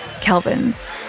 Kelvin's